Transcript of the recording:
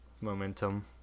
momentum